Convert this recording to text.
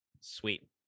Sweet